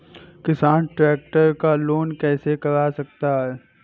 किसान ट्रैक्टर का लोन कैसे करा सकता है?